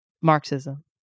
Marxism